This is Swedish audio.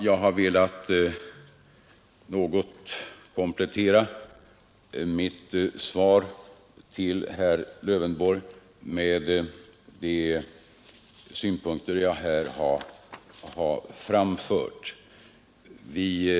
Jag har velat något komplettera mitt svar till herr Lövenborg med de synpunkter jag här har framfört.